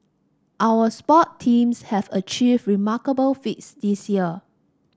our sport teams have achieved remarkable feats this year